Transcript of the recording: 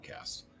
Podcast